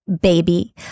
baby